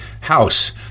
House